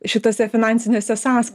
šitose finansinėse sąs